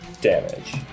damage